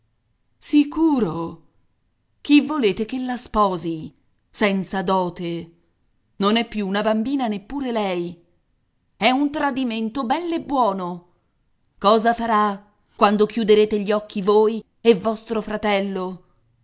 sicuro chi volete che la sposi senza dote non è più una bambina neppure lei è un tradimento bell'e buono cosa farà quando chiuderete gli occhi voi e vostro fratello